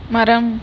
மரம்